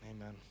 Amen